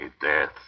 death